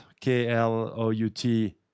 k-l-o-u-t